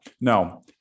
No